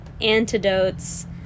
antidotes